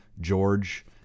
George